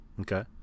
Okay